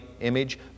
image